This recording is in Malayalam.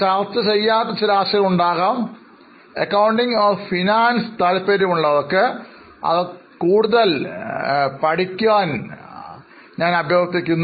ചർച്ച ചെയ്യാത്ത ചില ആശയങ്ങൾ ഉണ്ടാകാം അക്കൌണ്ടിംഗ് or Finance താല്പര്യമുള്ളവർ അവ കൂടുതൽ പഠിക്കാൻ വേണ്ടി അഭ്യർത്ഥിക്കുന്നു